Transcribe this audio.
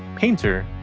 painter,